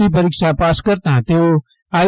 C પરીક્ષા પાસ કરતા તેઓ આઈ